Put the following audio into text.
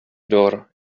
door